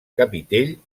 capitell